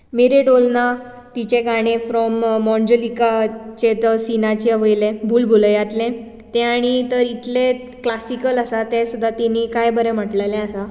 मेरे डोलना तिचें गाणें फ्रोम मोंजिलीकाचें त्या सिनाचें वयलें भुल भुलैयांतलें तें आनी तर इतलें क्लासिकल आसा तें सुद्दां तिणी काय बरें म्हटलेलें आसां